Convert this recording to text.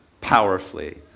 powerfully